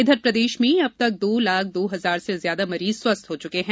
इधर प्रदेश में अब तक दो लाख दो हजार से ज्यादा मरीज स्वस्थ हो च्के हैं